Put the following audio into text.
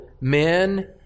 men